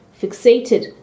fixated